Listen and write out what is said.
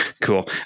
Cool